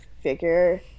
figure